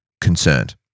concerned